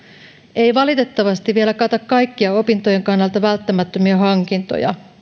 ei valitettavasti vielä kata kaikkia opintojen kannalta välttämättömiä hankintoja